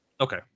Okay